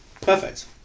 Perfect